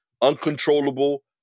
uncontrollable